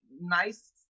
nice